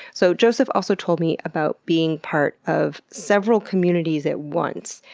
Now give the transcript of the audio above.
so joseph also told me about being part of several communities at once,